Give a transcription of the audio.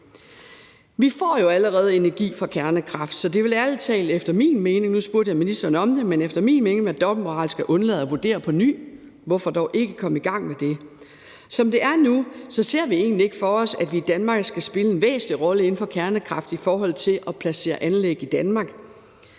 – nu spurgte jeg ministeren om det, men altså efter min mening – være dobbeltmoralsk at undlade at vurdere det på ny. Hvorfor dog ikke komme i gang med det? Som det er nu, ser vi i Konservative egentlig ikke for os, at vi i Danmark skal spille en væsentlig rolle inden for kernekraft i forhold til at placere anlæg i Danmark.